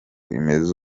imeze